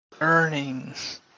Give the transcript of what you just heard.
Earnings